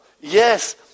yes